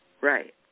Right